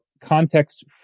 context